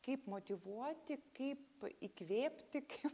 kaip motyvuoti kaip įkvėpti kaip